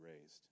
raised